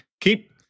Keep